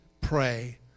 pray